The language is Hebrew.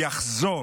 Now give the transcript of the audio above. יחזור